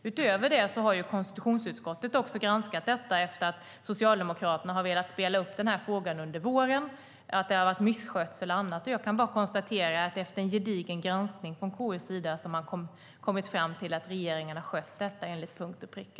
Utöver detta har konstitutionsutskottet granskat detta efter att Socialdemokraterna har velat spela upp frågan under våren. Det har varit misskötsel och annat. Jag kan bara konstatera att efter en gedigen granskning från KU:s sida har man kommit fram till att regeringen har skött detta till punkt och pricka.